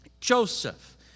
Joseph